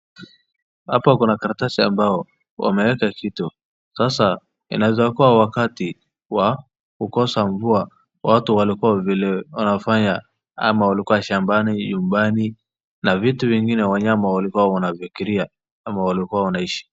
Hapa kuna karatasi ambao wameeka kitu. Sasa inaeza kuwa wakati wa kukosa mvua watu walikua vile wanafanya ama walikua shambani, nyumbani na vitu vingine wanyama walikua wanavikiriia ama walikua wanaishi.